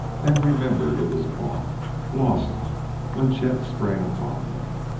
then remembered it was gone lost when chet sprang upon him.